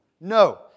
No